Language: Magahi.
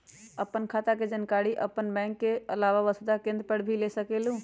आपन खाता के जानकारी आपन बैंक के आलावा वसुधा केन्द्र से भी ले सकेलु?